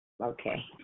okay